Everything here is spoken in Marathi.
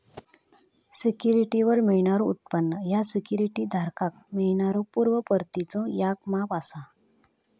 सिक्युरिटीवर मिळणारो उत्पन्न ह्या सिक्युरिटी धारकाक मिळणाऱ्यो पूर्व परतीचो याक माप असा